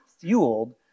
fueled